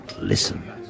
Listen